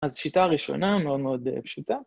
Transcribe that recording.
אז שיטה ראשונה מאוד מאוד פשוטה.